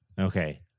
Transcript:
Okay